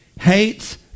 hates